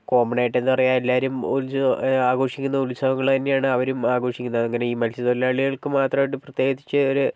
common ആയിട്ട് എന്താണ് പറയുക എല്ലാവരും ഉത്സവം ആഘോഷിക്കുന്ന ഉത്സവങ്ങൾ തന്നെയാണ് അവരും ആഘോഷിക്കുന്നത് അങ്ങനെ ഈ മത്സ്യത്തൊഴിലാളികൾക്ക് മാത്രമായിട്ട് പ്രത്യേകിച്ച് ഒരു